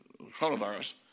coronavirus